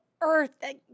earth